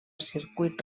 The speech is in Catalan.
circuit